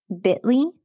bit.ly